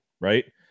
right